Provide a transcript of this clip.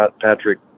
Patrick